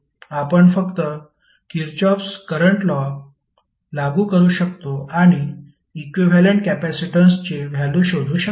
आपण फक्त Kirchhoff current law लागू करू शकतो आणि इक्विव्हॅलेंट कपॅसिटन्सची व्हॅल्यु शोधू शकतो